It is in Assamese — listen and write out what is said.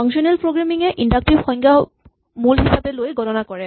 ফাংচনেল প্ৰগ্ৰেমিং এ ইন্ডাক্টিভ সংজ্ঞাক মূল হিচাপে লৈ গণনা কৰে